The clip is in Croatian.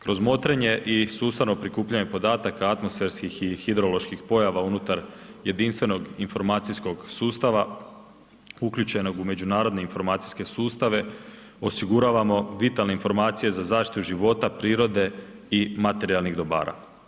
Kroz motrenje i sustavno prikupljanje podataka atmosferskih i hidroloških pojava unutar jedinstvenog informacijskog sustava uključenog u međunarodne informacijske sustave osiguravamo vitalne informacije za zaštitu života, prirode i materijalnih dobara.